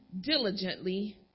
diligently